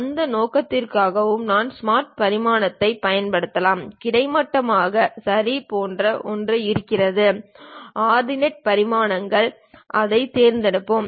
அந்த நோக்கத்திற்காகவும் நாம் ஸ்மார்ட் பரிமாணத்தைப் பயன்படுத்தலாம் கிடைமட்டமாக சரி போன்ற ஒன்று இருக்கிறது ஆர்டினேட் பரிமாணங்கள் அதைத் தேர்ந்தெடுப்போம்